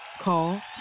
Call